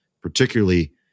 particularly